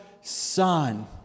son